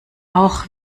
auch